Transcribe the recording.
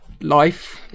life